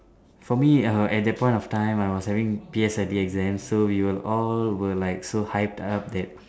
for me uh at that point of time I was having P_S_L_E exams so we were all were like so hyped up that